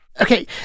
Okay